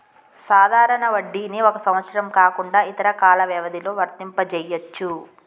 సాధారణ వడ్డీని ఒక సంవత్సరం కాకుండా ఇతర కాల వ్యవధిలో వర్తింపజెయ్యొచ్చు